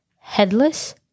headless